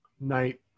Night